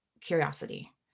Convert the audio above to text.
curiosity